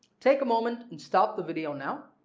take a moment and stop the video now,